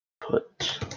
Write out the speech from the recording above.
put